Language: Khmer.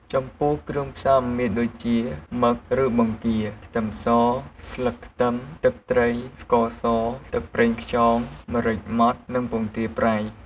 ចំពោះគ្រឿងផ្សំមានដូចជា មឹក ឬបង្គា ខ្ទឹមស ស្លឹកខ្ទឹម ទឹកត្រី ស្ករស ទឹកប្រេងខ្យង ម្រេចម៉ដ្ឋ និងពងទាប្រៃ។